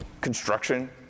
construction